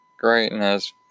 greatness